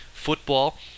Football